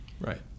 Right